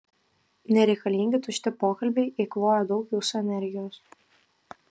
nereikalingi tušti pokalbiai eikvoja daug jūsų energijos